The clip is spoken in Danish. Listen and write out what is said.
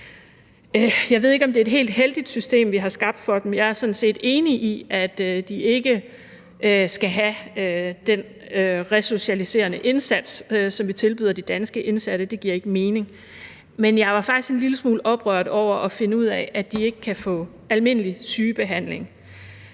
Jeg ved ikke, om det er et helt heldigt system, vi har skabt for dem. Jeg er sådan set enig i, at de ikke skal have den resocialiserende indsats, som vi tilbyder de danske indsatte – det giver ikke mening – men jeg var faktisk en lille smule oprørt over at finde ud af, at de ikke kan få almindelig sygebehandling.